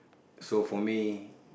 so for me